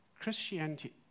Christianity